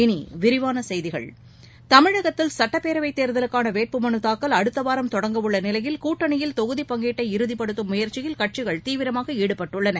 இனிவிரிவானசெய்திகள் தமிழகத்தில் சட்டப்பேரவைத் தேர்தலுக்கானவேட்பு மலுதாக்கல் அடுத்தவாரம் தொடங்க உள்ளநிலையில் கூட்டணியில் தொகுதிப் பங்கீட்டை இறதிப்படுத்தும் முயற்சியில் கட்சிகள் தீவிரமாகாடுபட்டுள்ளன